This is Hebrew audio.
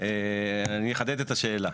אני אחדד את השאלה.